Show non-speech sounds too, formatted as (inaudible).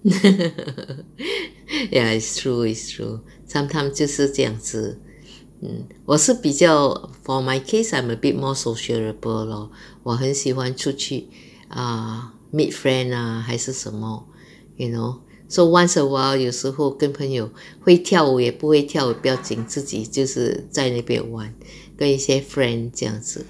(laughs) ya it's true it's true sometimes 就是这样子 mm 我是比较 for my case I am a bit more sociable lor 我很喜欢出去 err meet friend ah 还是什么 you know so once a while 有时候跟朋友会跳舞也不会跳不要紧自己就是在那边玩跟一些 friend 这样子